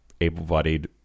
able-bodied